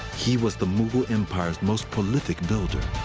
he was the mughal empire's most prolific builder.